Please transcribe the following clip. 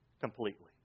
completely